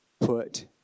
put